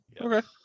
Okay